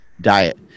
diet